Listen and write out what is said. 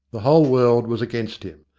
the whole world was against him.